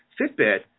Fitbit